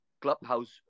clubhouse